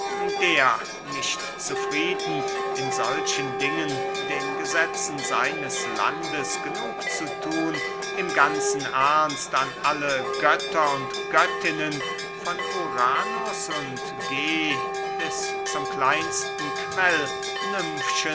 der nicht zufrieden in solchen dingen den gesetzen seines landes genug zu thun in ganzem ernst an alle götter und göttinnen von uranus und ge bis zum kleinsten